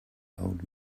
old